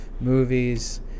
movies